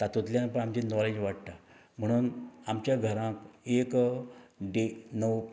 तातुतल्यान पण आमचे नॉलेज वाडटा म्हुणून आमच्या घराक एक डे नव